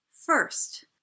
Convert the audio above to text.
first